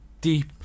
deep